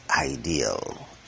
ideal